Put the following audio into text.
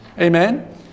Amen